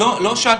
הזאת.